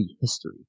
history